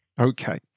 Okay